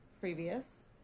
previous